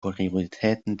prioritäten